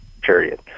period